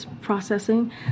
processing